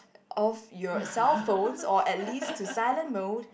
off your cellphone or at least to silent mode